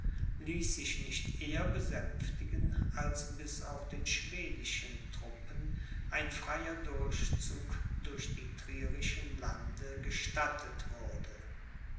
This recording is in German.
ließ sich nicht eher besänftigen als bis auch den schwedischen treppen ein freier durchzug durch die trierischen lande gestattet wurde